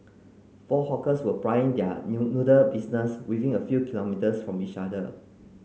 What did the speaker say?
four hawkers were plying their new noodle business within a few kilometres from each other